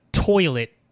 toilet